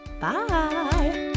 Bye